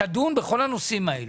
תדון בכל הנושאים האלה.